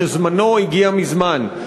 שזמנו הגיע מזמן.